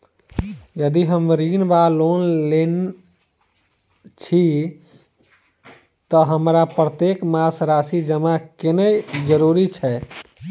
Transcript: यदि हम ऋण वा लोन लेने छी तऽ हमरा प्रत्येक मास राशि जमा केनैय जरूरी छै?